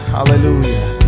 Hallelujah